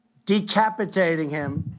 decapitating him,